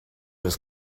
was